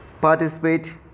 participate